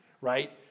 right